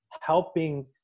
helping